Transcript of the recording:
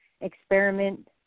Experiment